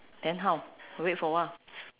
then how wait for a while